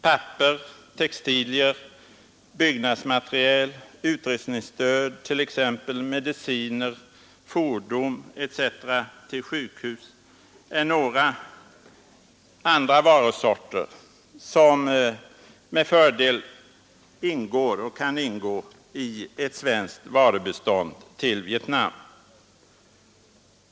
Papper, textilier, byggnadsmateriel och utrustningsstöd, t.ex. mediciner och fordon, till sjukhus är några varusorter som med fördel kan ingå i ett svenskt varubistånd till Vietnam.